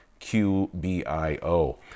QBIO